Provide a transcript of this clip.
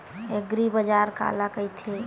एग्रीबाजार काला कइथे?